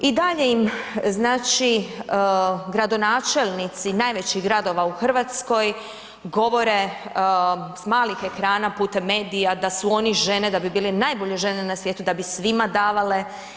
I dalje im znači gradonačelnici najvećih gradova u Hrvatskoj govore s malih ekrana putem medija da su oni žene da bi bili najbolje žene na svijetu da bi svima davale.